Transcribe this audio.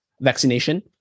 vaccination